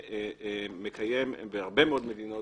שמקיים בהרבה מאוד מדינות